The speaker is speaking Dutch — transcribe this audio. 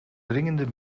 dringende